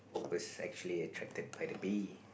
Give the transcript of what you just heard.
was actually attracted by the bee